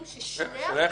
לא.